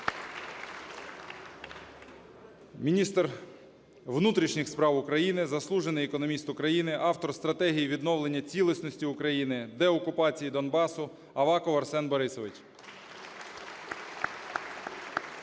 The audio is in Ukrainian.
Міністр внутрішніх справ України – заслужений економіст України, автор стратегії відновлення цілісності України, деокупації Донбасу Аваков Арсен Борисович.